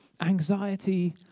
anxiety